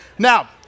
Now